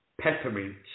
peppermint